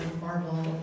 Marvel